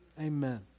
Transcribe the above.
Amen